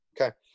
Okay